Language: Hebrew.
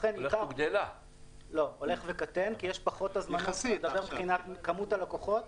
כי יש פחות הזמנות ויש פחות לקוחות